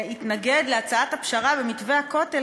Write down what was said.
גברתי היושבת-ראש.